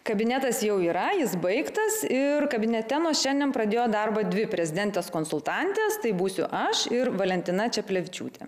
kabinetas jau yra jis baigtas ir kabinete nuo šiandien pradėjo darbą dvi prezidentės konsultantės tai būsiu aš ir valentina čeplevičiūtė